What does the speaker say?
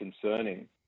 concerning